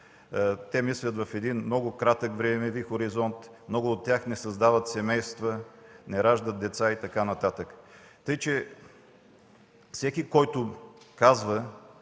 мислят в един много кратък времеви хоризонт. Много от тях не създават семейства, не раждат деца и така нататък. Така че всеки, който казва,